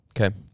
Okay